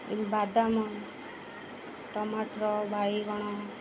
ଏ ବାଦାମ ଟମାଟୋ ବାଇଗଣ